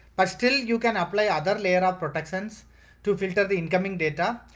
but still you can apply other layer of protections to filter the incoming data,